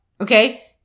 Okay